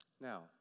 Now